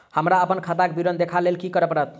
हमरा अप्पन खाताक विवरण देखबा लेल की करऽ पड़त?